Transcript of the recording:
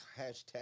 hashtag